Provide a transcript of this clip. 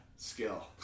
Skill